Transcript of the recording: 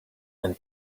and